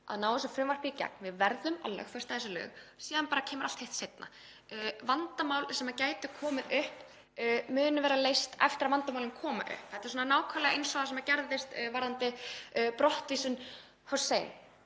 að ná þessu frumvarpi í gegn, við verðum að setja þessi lög, síðan bara kemur allt hitt seinna. Vandamál sem gætu komið upp verða leyst eftir að þau koma upp. Þetta er nákvæmlega eins og það sem gerðist varðandi brottvísun Husseins.